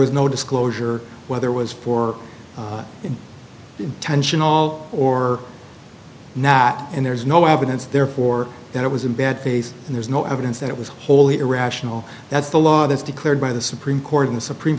was no disclosure whether was for intentional or not and there's no evidence therefore that it was in bad taste and there's no evidence that it was wholly irrational that's the law that's declared by the supreme court in the supreme